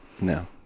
no